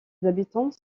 habitants